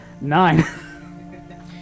Nine